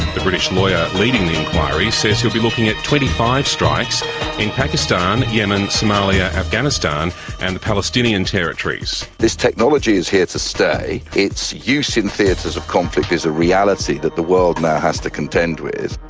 the british lawyer leading the inquiry says he'll be looking at twenty five strikes in pakistan, yemen, somalia, afghanistan and the palestinian territories. this technology is here to stay, its use in theatres of conflict is a reality that the world now has to contend with.